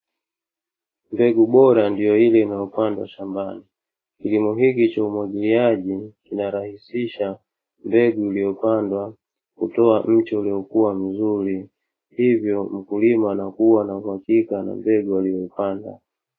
Mbegu bora ndiyo ile inayopandwa shambani, kilimo hiki cha umwagiliaji kinarahisisha mbegu iliyopandwa kutoa mche uliokuwa mzuri, hivyo mkulima anakuwa na uhakika na mbegu aliyoipanda.